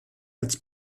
als